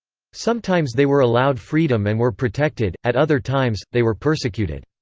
sometimes they were allowed freedom and were protected at other times, they were persecuted.